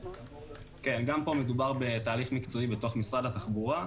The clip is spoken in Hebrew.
גם פה מדובר בתהליך מקצועי בתוך משרד התחבורה.